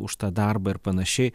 už tą darbą ir panašiai